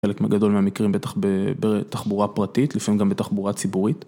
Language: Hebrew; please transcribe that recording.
חלק מגדול מהמקרים בטח בתחבורה פרטית, לפעמים גם בתחבורה ציבורית.